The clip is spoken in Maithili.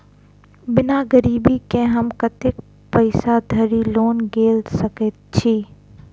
बिना गिरबी केँ हम कतेक पैसा धरि लोन गेल सकैत छी?